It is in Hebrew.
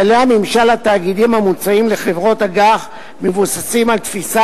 כללי הממשל התאגידי המוצעים לחברות אג"ח מבוססים על תפיסה